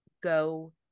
go